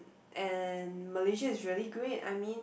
and Malaysia is really great I mean